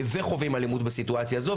וחווים אלימות בסיטואציה הזו,